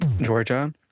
georgia